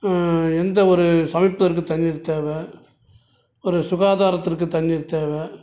எந்த ஒரு சமைப்பதற்குத் தண்ணீர் தேவை ஒரு சுகாதாரத்திற்குத் தண்ணீர் தேவை